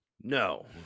No